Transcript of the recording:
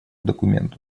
документу